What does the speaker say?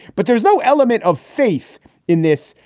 but there's no element of faith in this.